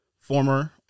former